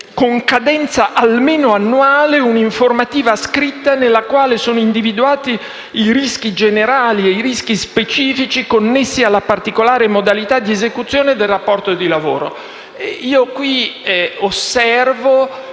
con cadenza almeno annuale, un'informativa scritta nella quale sono individuati i rischi generali e i rischi specifici connessi alla particolare modalità di esecuzione del rapporto di lavoro (articolo